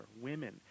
women